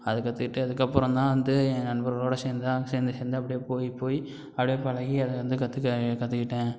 அதை கற்றுக்கிட்டு அதுக்கப்புறம் தான் வந்து என் நண்பர்களோடு சேர்ந்து தான் சேர்ந்து சேர்ந்து அப்படியே போய் போய் அப்படியே பழகி அதை வந்து கற்றுக்க கற்றுக்கிட்டேன்